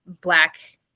black